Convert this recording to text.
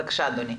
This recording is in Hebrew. בבקשה אדוני.